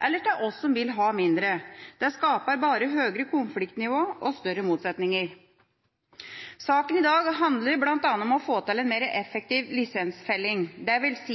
eller for oss som vil ha færre. Det skaper bare høyere konfliktnivå og større motsetninger. Saken i dag handler bl.a. om å få til en mer effektiv lisensfelling, dvs.